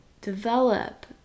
develop